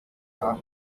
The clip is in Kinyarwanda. aho